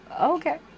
okay